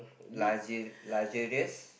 luxu~ luxurious